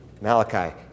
Malachi